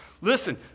listen